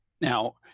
Now